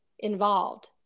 Involved